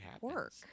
work